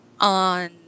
on